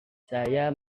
saya